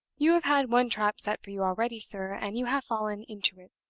you have had one trap set for you already, sir, and you have fallen into it.